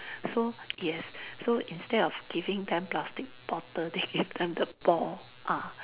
so yes so instead of giving them plastic bottle they give them the ball ah